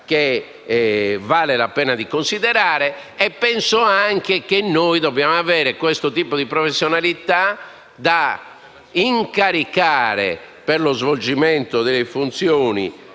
che vale la pena di considerare. Penso anche che noi dobbiamo avere un certo tipo di professionalità da incaricare per lo svolgimento delle funzioni